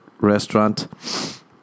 restaurant